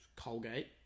Colgate